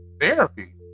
Therapy